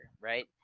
right